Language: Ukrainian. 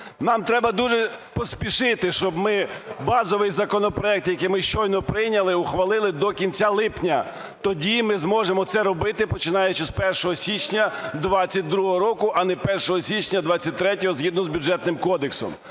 Нам треба дуже поспішити, щоб ми базовий законопроект, який ми щойно прийняли, ухвалили до кінця липня. Тоді ми зможемо це робити, починаючи з 1 січня 22-го року, а не 1 січня 23-го – згідно з Бюджетним кодексом.